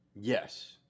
Yes